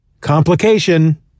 complication